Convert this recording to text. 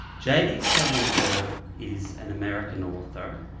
j. d. salinger is an american author.